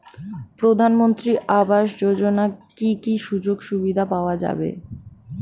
প্রধানমন্ত্রী আবাস যোজনা কি কি সুযোগ সুবিধা পাওয়া যাবে?